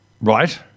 right